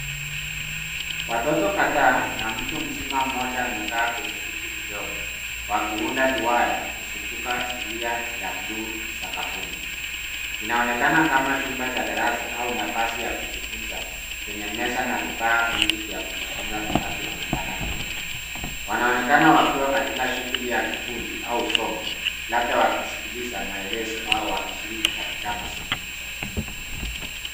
Watoto kadhaa na mtu mzima mmoja wamekaa kwenye viti vidogo, wakiunda duara kuzunguka zulia la blue sakafuni. Inaonekana kama chumba cha darasa au nafasi ya kujifunza, chenye meza na vifaa vingi vya kujifunza vinavyoonekana nyuma. Wanaonekana wakiwa katika shughuli ya kikundi au somo, labda wakiskiliza maelezo au wakishiriki katika mazungumzo.